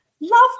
love